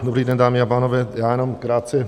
Dobrý den, dámy a pánové, jenom krátce.